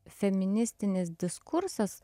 feministinis diskursas